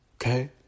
Okay